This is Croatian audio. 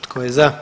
Tko je za?